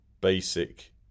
basic